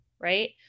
right